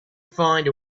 find